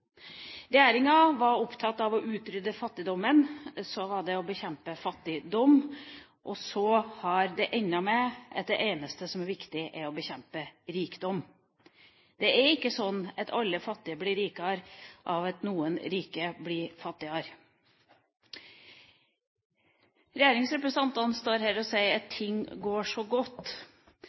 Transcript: Regjeringa var opptatt av å utrydde fattigdommen, så var det det å bekjempe fattigdom, og så har det endt med at det eneste som er viktig, er å bekjempe rikdom. Det er ikke slik at alle fattige blir rikere av at noen rike blir fattigere. Regjeringsrepresentantene står her og sier at ting går så godt.